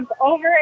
over